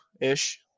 ish